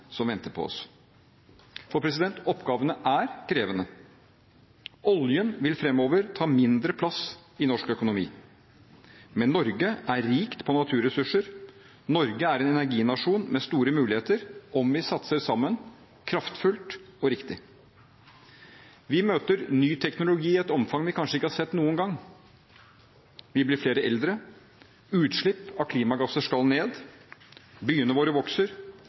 som venter oss. For oppgavene er krevende. Oljen vil framover ta mindre plass i norsk økonomi. Men Norge er rikt på naturressurser. Norge er en energinasjon med store muligheter, om vi satser sammen, kraftfullt og riktig. Vi møter ny teknologi i et omfang vi kanskje ikke har sett noen gang. Vi blir flere eldre. Utslipp av klimagasser skal ned. Byene våre vokser.